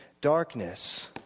darkness